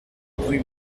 rue